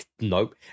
nope